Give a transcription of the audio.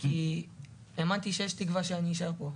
כי האמנתי שיש תקווה שאני אשאר פה.